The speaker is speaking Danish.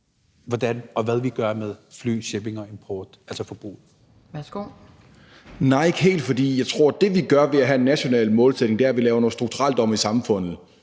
Kjærsgaard): Værsgo. Kl. 12:08 Tommy Ahlers (V): Nej, ikke helt, for jeg tror, at det, vi gør ved at have en national målsætning, er, at vi laver noget strukturelt om i samfundet;